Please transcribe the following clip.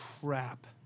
crap